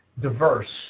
diverse